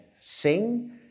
sing